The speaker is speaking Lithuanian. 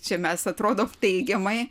čia mes atrodom teigiamai